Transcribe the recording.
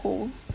hole